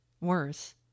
Worse